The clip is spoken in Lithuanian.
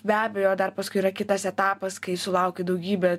be abejo dar paskui yra kitas etapas kai sulaukiu daugybė